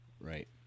Right